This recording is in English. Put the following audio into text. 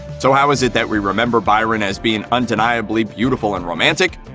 so how is it that we remember bryon as being undeniably beautiful and romantic?